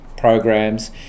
Programs